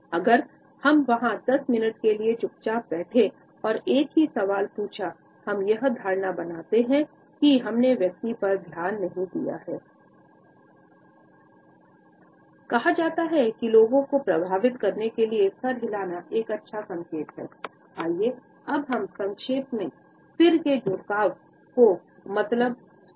अगर हम वहाँ दस मिनट के लिए चुपचाप बैठे और एक ही सवाल पूछा हम यह कहा जाता है कि लोगों को प्रभावित करने के लिए सिर हिलाना एक अच्छा संकेत है आइये अब हम संक्षेप में सिर के झुकाव के मतलब को समझे